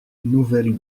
nouvelle